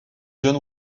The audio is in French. john